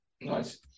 nice